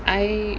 I